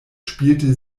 spielte